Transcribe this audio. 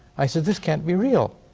i said, this can't be real.